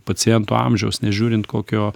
pacientų amžiaus nežiūrint kokio